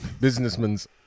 Businessmen's